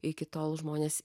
iki tol žmonės